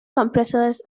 compressors